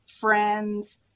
friends